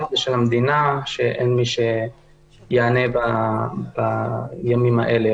--- של המדינה, שאין מי שיענה בימים האלה,